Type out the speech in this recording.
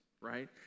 right